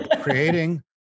creating